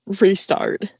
Restart